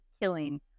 killing